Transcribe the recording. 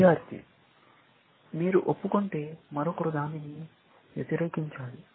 విద్యార్థి మీరు ఒప్పుకుంటే మరొకరు దానిని వ్యతిరేకించాలి